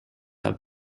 are